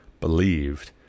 believed